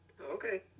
Okay